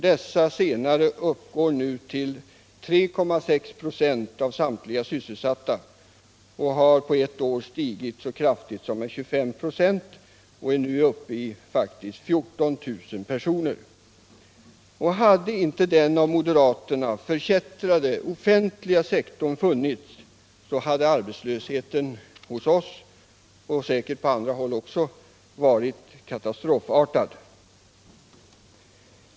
Dessa täcker nu 3,6 96 av samtliga sysselsatta. De har på ett år stigit så kraftigt som med 25 96 och är nu faktiskt uppe i 14 000 personer. Hade inte den av moderaterna förkättrade offentliga sektorn funnits, hade arbetslösheten hos oss och säkerligen också på andra håll varit katastrofartad.